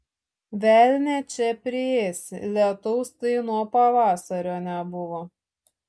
velnią čia priėsi lietaus tai nuo pavasario nebuvo